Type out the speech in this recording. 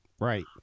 Right